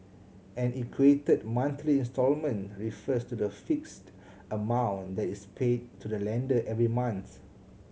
an equated monthly instalment refers to the fixed amount that is paid to the lender every month